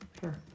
Sure